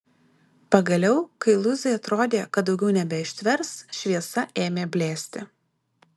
pagaliau kai luizai atrodė kad daugiau nebeištvers šviesa ėmė blėsti